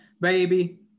baby